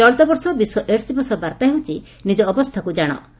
ଚଳିତ ବର୍ଷ ବିଶ୍ୱ ଏଡ୍ସ୍ ଦିବସ ବାର୍ତ୍ତା ହେଉଛି ନିକ ଅବସ୍ଥାକୁ ଜାଣ